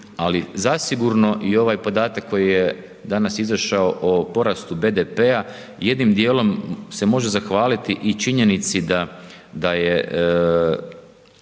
ali zasigurno i ovaj podatak koji je danas izašao o porastu BDP-a jednim dijelom se može zahvaliti i činjenici da je